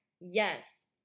Yes